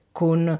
con